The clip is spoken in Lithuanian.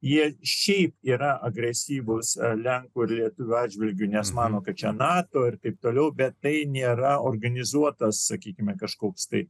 jie šiaip yra agresyvūs lenkų lietuvių atžvilgiu nes mano kad nato ir taip toliau bet tai nėra organizuotas sakykime kažkoks tai